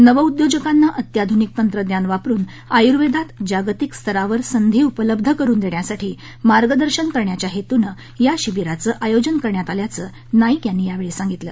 नवउद्योजकांना अत्याधूनिक तंत्रज्ञान वापरून आयुर्वेदात जागतिक स्तरावर संधी उपलब्ध करून देण्यासाठी मार्गदर्शन करण्याच्या हेतूनं या शिबीराचं आयोजन कण्यात आल्याचं नाईक यांनी यावेळी सांगितलं